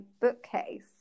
bookcase